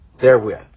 therewith